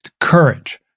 Courage